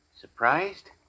Surprised